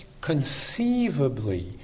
conceivably